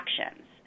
actions